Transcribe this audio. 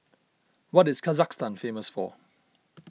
what is Kazakhstan famous for